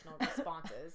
responses